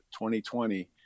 2020